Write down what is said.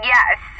Yes